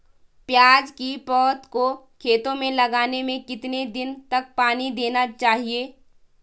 प्याज़ की पौध को खेतों में लगाने में कितने दिन तक पानी देना चाहिए?